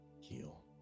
heal